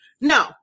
no